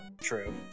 True